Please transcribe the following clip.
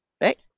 right